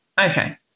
Okay